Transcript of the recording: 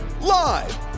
Live